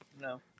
No